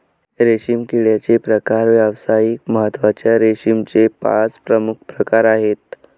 रेशीम किड्याचे प्रकार व्यावसायिक महत्त्वाच्या रेशीमचे पाच प्रमुख प्रकार आहेत